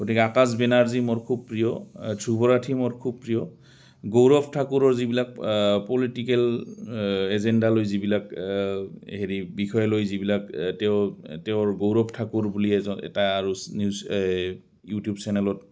গতিকে আকাশ বেনাৰ্জী মোৰ খুব প্ৰিয় ধ্ৰুৱ ৰাঠি মোৰ খুব প্ৰিয় গৌৰৱ ঠাকুৰৰ যিবিলাক পলিটিকেল এজেণ্ডা লৈ যিবিলাক হেৰি বিষয় লৈ যিবিলাক তেওঁ তেওঁৰ গৌৰৱ ঠাকুৰ বুলি এজন এটা আৰু নিউজ ইউটিউব চেনেলত